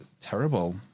terrible